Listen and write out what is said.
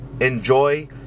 enjoy